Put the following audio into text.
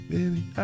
Baby